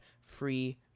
free